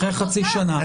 אחרי חצי שנה.